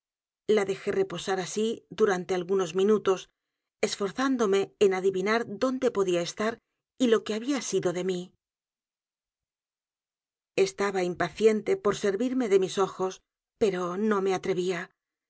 la dejé reposar así durante algunos minutos esforzándome en adivinar dónde podía estar y lo que había sido de mí e s t a b a impaciente por servirme de mis ojos pero no me atrevía